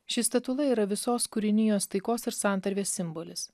ši statula yra visos kūrinijos taikos ir santarvės simbolis